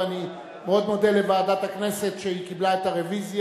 ואני מאוד מודה לוועדת הכנסת על שהיא קיבלה את הרוויזיה,